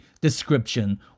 description